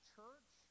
church